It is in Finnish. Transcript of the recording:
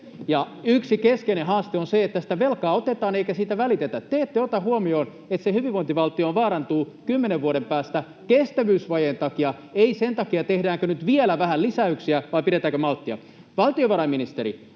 Yksi keskeinen haaste on se, että sitä velkaa otetaan eikä siitä välitetä. Te ette ota huomioon, että hyvinvointivaltio vaarantuu kymmenen vuoden päästä kestävyysvajeen takia, ei sen takia, tehdäänkö nyt vielä vähän lisäyksiä vai pidetäänkö malttia. Valtiovarainministeri,